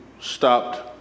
stopped